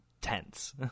tense